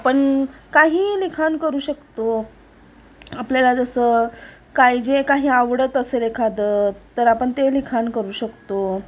आपण काहीही लिखाण करू शकतो आपल्याला जसं काय जे काही आवडत असेल एखादं तर आपण ते लिखाण करू शकतो